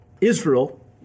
Israel